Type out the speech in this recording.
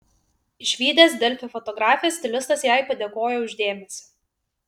išvydęs delfi fotografę stilistas jai padėkojo už dėmesį